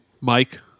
Mike